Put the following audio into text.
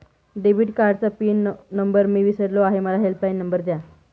debit कार्डचा pin number मी विसरलो आहे मला हेल्पलाइन नंबर द्या